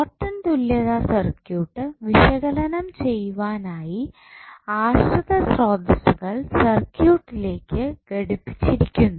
Norton തുല്യതാ circuit വിശകലനം ചെയ്യുവാനായി ആശ്രിത സ്രോതസ്സുകൾ സർക്യൂട്ടിലേക്ക് ഘടിപ്പിച്ചിരിക്കുന്നു